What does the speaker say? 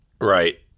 Right